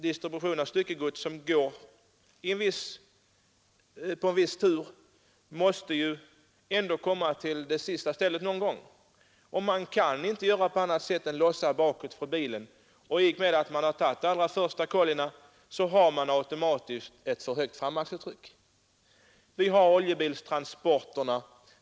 Distributionen av styckegods på en viss tur måste någon gång komma till det sista stället. Man kan inte göra på annat sätt än att lossa lasten bakifrån. I och med att man har tagit de första kollina har man automatiskt fått ett för högt framaxeltryck. Vi har oljebilstransporterna.